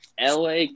LA